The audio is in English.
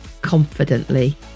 confidently